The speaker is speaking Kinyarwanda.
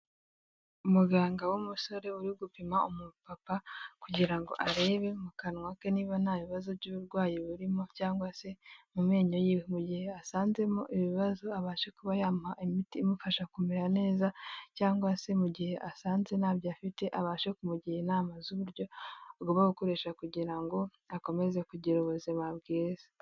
Umuganga w'umusore uri gupima umupapa kugira ngo arebe mu kanwa ke niba nta bibazo by'uburwayi burimo cyangwa se mu menyo ye mu gihe asanzemo ibibazo abashe kuba yamuha imiti imufasha kumera neza cyangwa se mu gihe asanze ntabyo afite abashe kumugira inama z'uburyo agomba gukoresha kugira ngo akomeze kugira ubuzima bwiza.